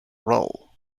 role